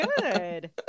Good